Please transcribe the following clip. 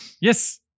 yes